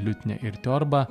liutnia ir arba